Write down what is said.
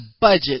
budget